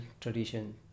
tradition